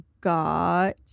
got